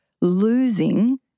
losing